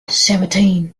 seventeen